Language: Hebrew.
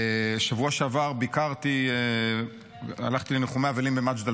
בשבוע שעבר הלכתי לניחומי אבלים במג'דל